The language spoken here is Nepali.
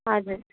हजुर